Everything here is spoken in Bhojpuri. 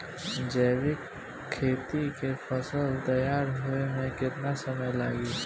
जैविक खेती के फसल तैयार होए मे केतना समय लागी?